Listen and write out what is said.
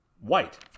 white